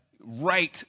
right